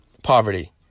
poverty